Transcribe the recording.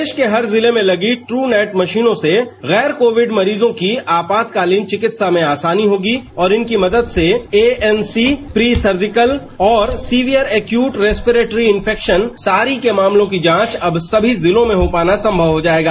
प्रदेश के हर जिले में लगी ट्रूनेट मशीनों से गैर कोविड मशीनों की आपातकालीन चिकित्सा में आसानी होगी और इनकी मदद से एएनसी प्री सर्जिकल और severe acute respiratory infection SARI के मामलों की जांच अब सभी जिलों में हो पाना संभव हो जायेगा